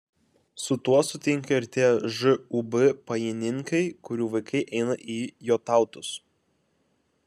su tuo sutinka ir tie žūb pajininkai kurių vaikai eina į jotautus